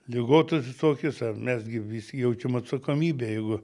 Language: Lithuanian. ligotas visokias mes gi visi jaučiam atsakomybę jeigu